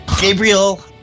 Gabriel